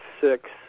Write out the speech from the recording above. six